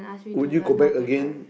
would you go back again